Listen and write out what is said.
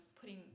putting